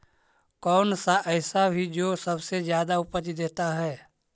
कौन सा ऐसा भी जो सबसे ज्यादा उपज देता है?